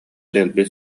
дэлби